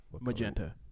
Magenta